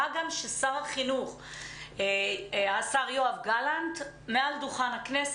מה גם ששר החינוך יואב גלנט הודיע